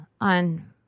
on